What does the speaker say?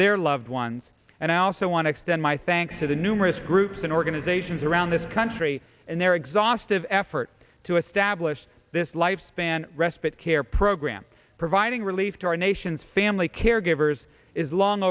their loved ones and i also want to extend my thanks to the numerous groups and organizations around this country and their exhaustive effort to establish this lifespan respite care program providing relief to our nation's family caregivers is long